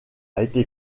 été